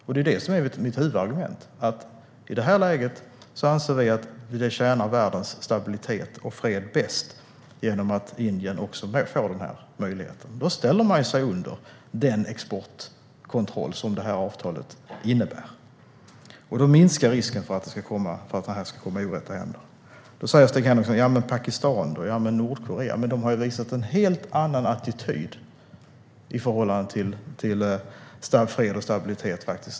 Detta är också mitt huvudargument: I det här läget anser vi att det tjänar världens stabilitet och fred bäst att Indien får denna möjlighet. Då ställer man sig under den exportkontroll som detta avtal innebär, och då minskar risken för att den här tekniken ska komma i orätta händer. Stig Henriksson talar om Pakistan och Nordkorea, men de har visat en helt annan attityd i förhållande till fred och stabilitet.